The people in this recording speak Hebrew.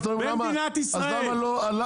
אז למה לא?